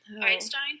Einstein